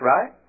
Right